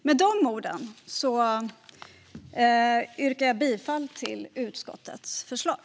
Med de orden yrkar jag bifall till utskottets förslag.